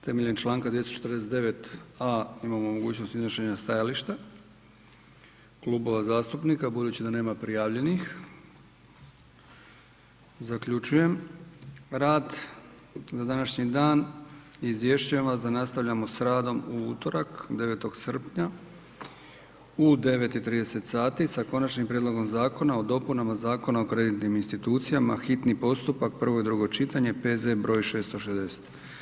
Temeljem članka 249. a imamo mogućnosti iznošenja stajališta klubova zastupnika, budući da nema prijavljenih, zaključujem rad za današnji rad i izvješćujem vas da nastavljamo sa radom u utorak, 9. srpnja u 9 i 30 sati sa Konačnim prijedlogom zakona o dopunama Zakona o kreditnim institucijama, hitni postupak, prvo i drugo čitanje, P.Z.E. br. 660.